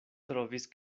trovis